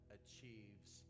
achieves